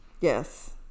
Yes